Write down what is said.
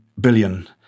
billion